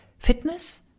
Fitness